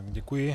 Děkuji.